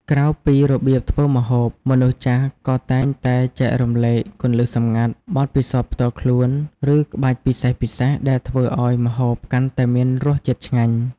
ក្រៅពីរបៀបធ្វើម្ហូប មនុស្សចាស់ក៏តែងតែចែករំលែកគន្លឹះសម្ងាត់ បទពិសោធន៍ផ្ទាល់ខ្លួន ឬក្បាច់ពិសេសៗដែលធ្វើឱ្យម្ហូបកាន់តែមានរសជាតិឆ្ងាញ់។